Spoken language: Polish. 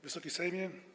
Wysoki Sejmie!